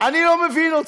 אני לא מבין אתכם,